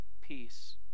peace